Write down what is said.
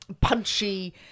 Punchy